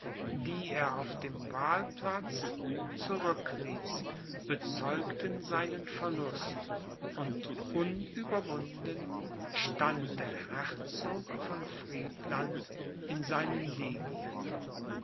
die er auf dem wahlplatz zurückließ bezeugten seinen verlust und unüberwunden stand der herzog von friedland in seinen linien